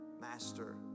Master